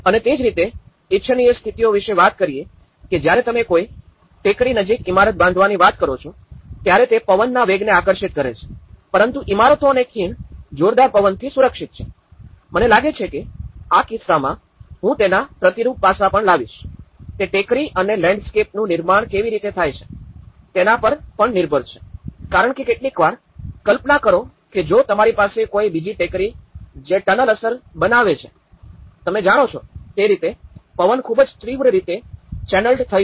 અને તે જ રીતે ઇચ્છનીય સ્થિતિઓ વિશે વાત કરીયે કે જ્યારે તમે કોઈ ટેકરી નજીક ઇમારત બાંધવાની વાત કરો છો ત્યારે તે પવનના વેગને આકર્ષિત કરે છે પરંતુ ઇમારતો અને ખીણ જોરદાર પવનથી સુરક્ષિત છે મને લાગે છે કે આ કિસ્સામાં હું તેના પ્રતિરૂપ પાસા પણ લાવીશ તે ટેકરી અને લેન્ડસ્કેપનું નિર્માણ કેવી રીતે થાય છે તેના પર પણ નિર્ભર છે કારણ કે કેટલીકવાર કલ્પના કરો કે જો તમારી પાસે કોઈ બીજી ટેકરી છે જે ટનલ અસર બનાવે છે તમે જાણો છો તે રીતે પવન ખૂબ જ તીવ્ર રીતે ચેનલેડ થઈ જશે